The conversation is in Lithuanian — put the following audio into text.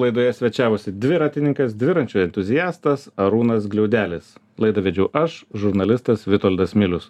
laidoje svečiavosi dviratininkas dviračių entuziastas arūnas gliaudelis laidą vedžiau aš žurnalistas vitoldas milius